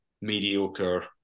mediocre